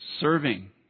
serving